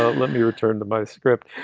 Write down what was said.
ah let me return to my script